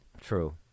True